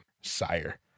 sire